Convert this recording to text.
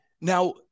Now